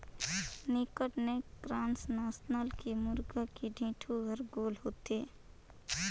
naked neck cross नसल के मुरगा के ढेंटू हर गोल होथे